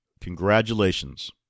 Congratulations